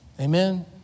Amen